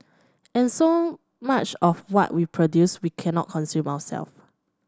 and so much of what we produce we cannot consume ourselves